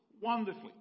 Wonderfully